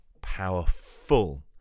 powerful